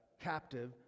captive